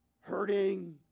hurting